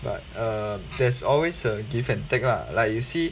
but uh there's always a give and take lah like you see